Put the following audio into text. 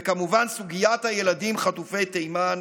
וכמובן סוגיית הילדים חטופי תימן,